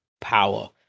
power